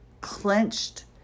clenched